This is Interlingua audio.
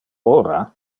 ora